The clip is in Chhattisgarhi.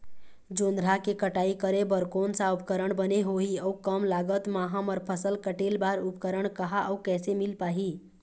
जोंधरा के कटाई करें बर कोन सा उपकरण बने होही अऊ कम लागत मा हमर फसल कटेल बार उपकरण कहा अउ कैसे मील पाही?